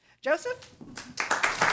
Joseph